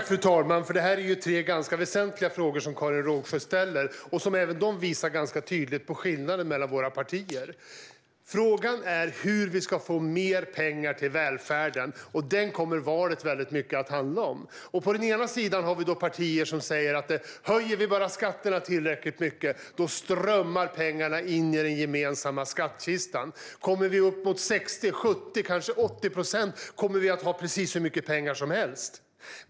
Fru talman! Det är tre ganska väsentliga frågor som Karin Rågsjö ställer och som även de visar ganska tydligt på skillnaden mellan våra partier. Frågan är hur vi ska få mer pengar till välfärden, och den kommer valet väldigt mycket att handla om. På den ena sidan har vi partier som säger att om vi bara höjer skatterna tillräckligt mycket strömmar pengarna in i den gemensamma skattkistan, och kommer vi upp mot 60, 70 eller kanske 80 procent kommer vi att ha hur mycket pengar som helst.